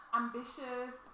ambitious